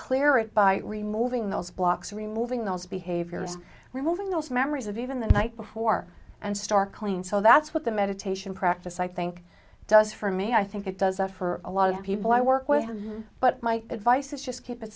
clear it by removing those blocks removing those behaviors removing those memories of even the night before and star clean so that's what the meditation practice i think it does for me i think it does it for a lot of people i work with but my advice is just keep it